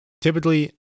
Typically